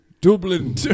Dublin